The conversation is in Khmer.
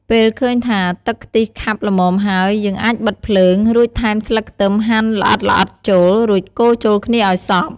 ពេលឃើញថាទឹកខ្ទិះខាប់ល្មមហើយ យើងអាចបិទភ្លើង រួចថែមស្លឹកខ្ទឹមហាន់ល្អិតៗចូល រួចកូរចូលគ្នាឲ្យសព្វ។